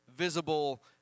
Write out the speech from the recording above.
Visible